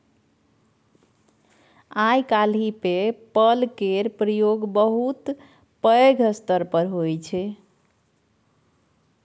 आइ काल्हि PayPal केर प्रयोग बहुत पैघ स्तर पर होइ छै